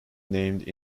named